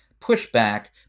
pushback